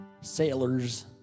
sailors